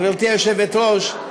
גברתי היושבת-ראש,